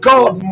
God